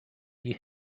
die